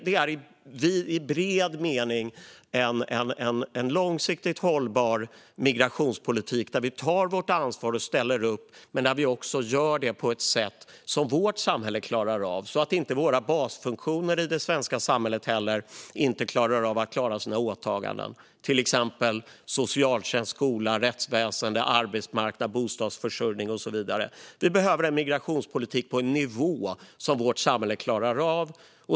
Detta är i bred mening en långsiktigt hållbar migrationspolitik där vi tar vårt ansvar och ställer upp men där vi också gör det på ett sätt som vårt samhälle klarar av och så att det inte blir så att basfunktionerna i det svenska samhället - till exempel socialtjänst, skola, rättsväsen, arbetsmarknad, bostadsförsörjning och så vidare - inte klarar av sina åtaganden. Vi behöver en migrationspolitik på en nivå som vårt samhälle klarar av.